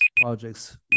projects